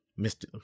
Mr